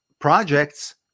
projects